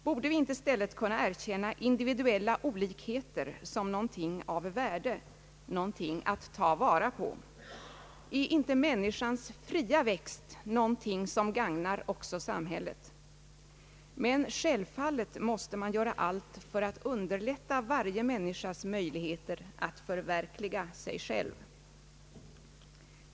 Borde vi inte i stället kunna erkänna individuella olikheter som något av värde, någonting att ta vara på? Är inte människans fria växt något som gagnar också samhället? Men självfallet måste man göra allt för att underlätta varje människas möjligheter att förverkliga sig själv.